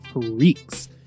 freaks